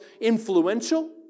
influential